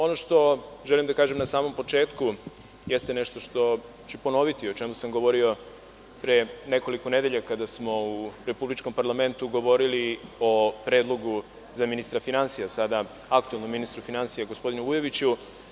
Ono što želim da kažem na samom početku jeste nešto što ću ponoviti, a o čemu sam govorio pre nekoliko nedelja, kada smo u republičkom Parlamentu govorili o predlogu za ministra finansija, sada aktuelnom ministru finansija, gospodinu Vujoviću.